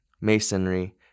masonry